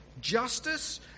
justice